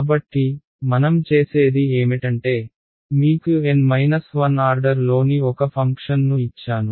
కాబట్టి మనం చేసేది ఏమిటంటే మీకు N 1 ఆర్డర్లోని ఒక ఫంక్షన్ను ఇచ్చాను